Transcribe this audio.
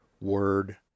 word